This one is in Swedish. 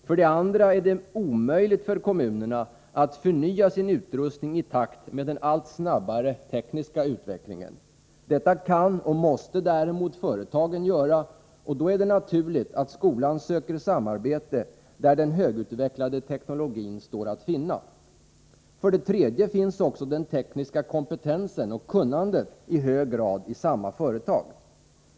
För det andra är det omöjligt för kommunerna att förnya sin utrustning i takt med den allt snabbare tekniska utvecklingen. Detta kan och måste däremot företagen göra, och då är det naturligt för skolan att söka samarbete där den högutvecklade teknologin står att finna. För det tredje finns också den tekniska kompetensen och kunnandet i hög grad i samma företag.